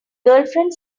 girlfriend